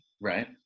right